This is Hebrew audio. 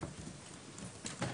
שואה,